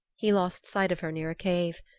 he lost sight of her near a cave.